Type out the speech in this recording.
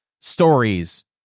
stories